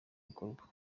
bikorwa